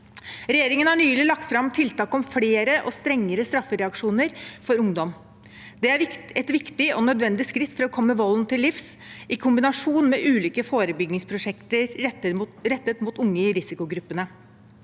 Regjeringen har nylig lagt fram tiltak om flere og strengere straffereaksjoner for ungdom. Det er et viktig og nødvendig skritt for å komme volden til livs, i kombinasjon med ulike forebyggingsprosjekter rettet mot unge i risikogruppene.